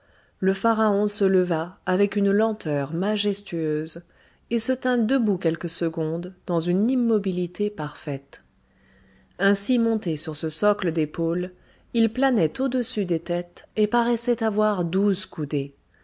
le pharaon se leva avec une lenteur majestueuse et se tint debout quelques secondes dans une immobilité parfaite ainsi monté sur ce socle d'épaules il planait au-dessus des têtes et paraissait avoir douze coudées